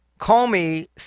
Comey